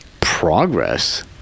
progress